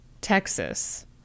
Texas